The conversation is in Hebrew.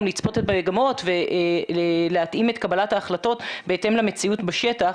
לצפות מגמות ולהתאים את קבלת ההחלטות בהתאם למציאות בשטח.